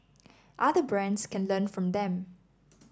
other brands can learn from them